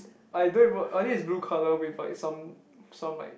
I don't even uh I think it's blue colour with like some some like